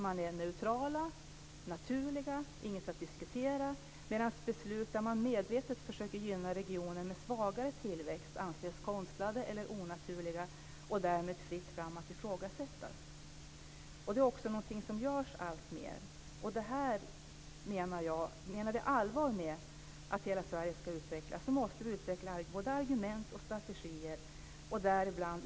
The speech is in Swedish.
Jag delar uppfattningen att det nu gäller att driva regionalpolitik på alla områden. Det går mycket bra för Sverige. Vi har en tillväxt i dag som ligger på 3,6 %.